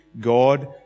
God